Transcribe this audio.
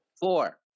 Four